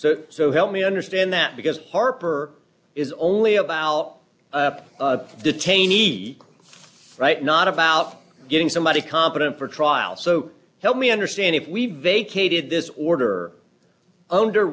so so help me understand that because harper is only about detainees right not about getting somebody competent for trial so help me understand if we bake a did this order under